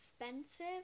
expensive